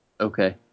Okay